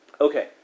Okay